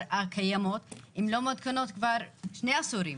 הקיימות לא מעודכנות כבר שני עשורים.